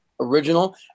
original